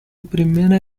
primera